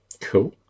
Cool